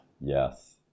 Yes